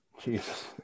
Jesus